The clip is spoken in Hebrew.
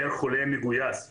תנו למוסדות המחקריים,